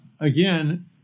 Again